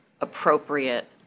appropriate